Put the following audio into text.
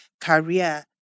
career